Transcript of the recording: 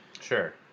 Sure